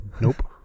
Nope